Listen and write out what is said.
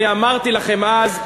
אני אמרתי לכם אז,